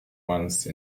once